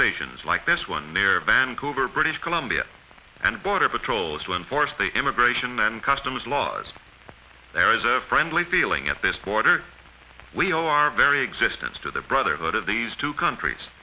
stations like this one near vancouver british columbia and border patrols to enforce the immigration and customs laws there is a friendly feeling at this border we owe our very existence to the brotherhood of these two countries